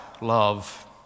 love